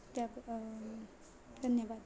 त्या ब धन्यवाद